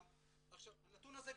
הנתון הזה,